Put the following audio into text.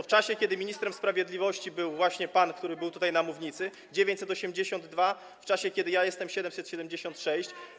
W czasie, kiedy ministrem sprawiedliwości był pan, który był na mównicy - 982, a w czasie, kiedy ja jestem - 776.